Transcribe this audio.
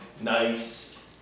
nice